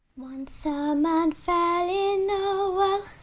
once a man fell in a well,